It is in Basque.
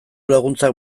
laguntzak